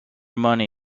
money